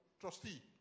trustee